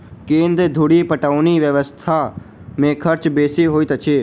केन्द्र धुरि पटौनी व्यवस्था मे खर्च बेसी होइत अछि